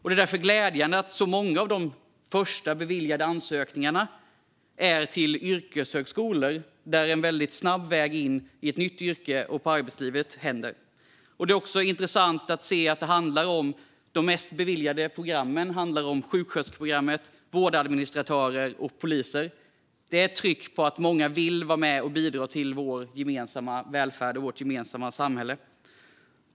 Det är därför glädjande att så många av de första beviljade ansökningarna går till studenter som har sökt sig till yrkeshögskolor, som ger en snabb väg in i ett nytt yrke och arbetslivet. Det är också intressant att se att de flesta beviljade ansökningarna går till sökande till sjuksköterske, vårdadministratörs och polisprogrammen. Det visar att många vill vara med och bidra till vår gemensamma välfärd och vårt gemensamma samhälle.